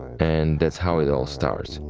and that's how it all starts.